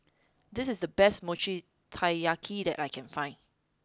this is the best Mochi Taiyaki that I can find